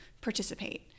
participate